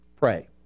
pray